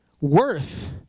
worth